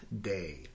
Day